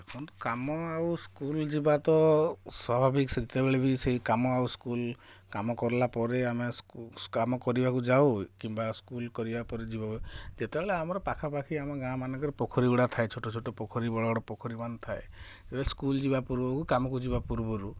କାମ ଆଉ ସ୍କୁଲ ଯିବା ତ ସ୍ୱାଭାବିକ ସେତେବେଳେ ବି ସେ କାମ ଆଉ ସ୍କୁଲ କାମ କଲା ପରେ ଆମେ କାମ କରିବାକୁ ଯାଉ କିମ୍ବା ସ୍କୁଲ କରିବା ପରେ ଯିବ କେତେବେଳେ ଆମର ପାଖାପାଖି ଆମ ଗାଁମାନଙ୍କରେ ପୋଖରୀଗୁଡ଼ା ଥାଏ ଛୋଟ ଛୋଟ ପୋଖରୀ ବଡ଼ ବଡ଼ ପୋଖରୀମାନ ଥାଏ ତେବେ ସ୍କୁଲ ଯିବା ପୂର୍ବରୁ କାମକୁ ଯିବା ପୂର୍ବରୁ